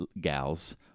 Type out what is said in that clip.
gals